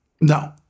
no